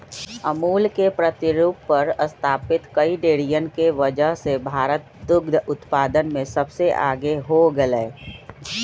अमूल के प्रतिरूप पर स्तापित कई डेरियन के वजह से भारत दुग्ध उत्पादन में सबसे आगे हो गयलय